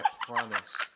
promise